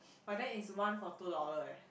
but then is one for two dollar leh